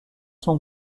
son